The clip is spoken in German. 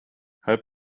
halb